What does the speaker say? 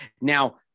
Now